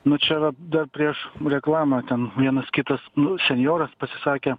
nuo čia yra dar prieš reklamą ten vienas kitas nu senjoros pasisakė